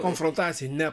konfrontacijai ne